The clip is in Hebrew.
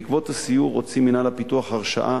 בעקבות הסיור הוציא מינהל הפיתוח הרשאה